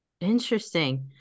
Interesting